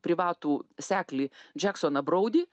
privatų seklį džeksoną broudį